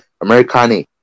Americani